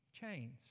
chains